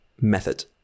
method